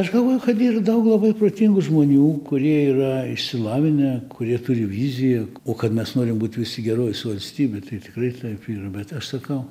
aš galvoju kad yra daug labai protingų žmonių kurie yra išsilavinę kurie turi vizijų o kad mes norim būt visi gerovės valstybė tai tikrai taip yra bet aš sakau